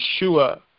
Yeshua